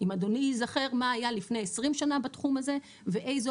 אם אדוני ייזכר מה היה לפני 20 שנה בתחום הזה ואיזו